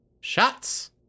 shots